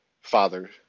father